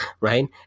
right